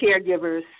caregivers